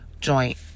joint